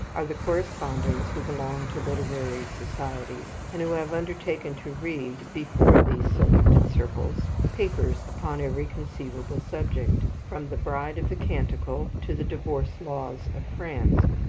are the correspondents who belong to literary societies, and who have undertaken to read, before these select circles, papers upon every conceivable subject, from the bride of the canticle to the divorce laws of france.